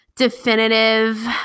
definitive